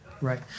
right